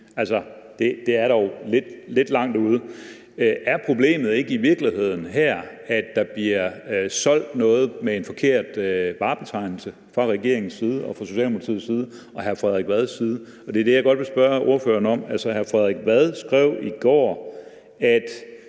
Det er dog lidt langt ude. Er problemet her i virkeligheden ikke, at der bliver solgt noget med en forkert varebetegnelse fra regeringens side, fra Socialdemokratiets side, fra hr. Frederik Vads side? Det er det, jeg godt vil spørge ordføreren om. Hr. Frederik Vad skrev i går, at